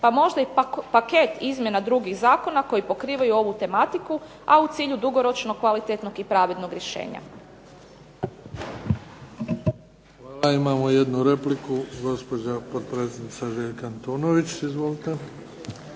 pa možda i paket izmjena drugih zakona koji pokrivaju ovu tematiku, a u cilju dugoročno kvalitetnog i pravednog rješenja. **Bebić, Luka (HDZ)** Hvala. Imamo jednu repliku, gospođa potpredsjednica Željka Antunović. Izvolite.